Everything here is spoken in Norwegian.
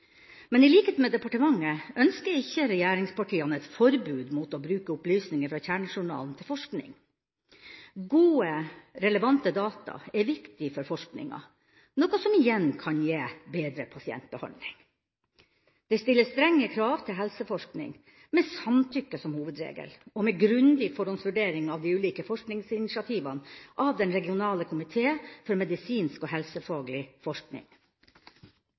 men i likhet med departementet ønsker ikke regjeringspartiene et forbud mot å bruke opplysninger fra kjernejournalen til forskning. Gode, relevante data er viktig for forskninga, noe som igjen kan gi bedre pasientbehandling. Det stilles strenge krav til helseforskning, med samtykke som hovedregel, og med grundig forhåndsvurdering av de ulike forskningsinitiativene av De regionale komiteer for medisinsk og helsefaglig